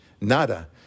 Nada